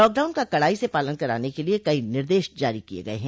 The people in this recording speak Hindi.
लॉकडाउन का कडाई से पालन कराने के लिए कई निदेश जारी किये गये हैं